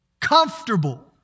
comfortable